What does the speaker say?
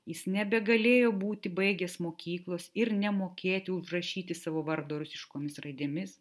jis nebegalėjo būti baigęs mokyklos ir nemokėti užrašyti savo vardo rusiškomis raidėmis